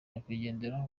nyakwigendera